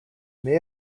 may